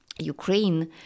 Ukraine